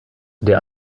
der